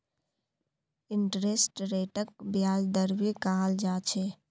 interest रेटक ब्याज दर भी कहाल जा छे